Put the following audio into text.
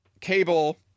cable